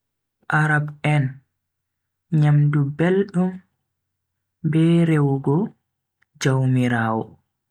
Arab en, nyamdu beldum be rewugo jaumiraawo.